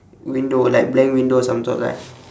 window like blank windows on top right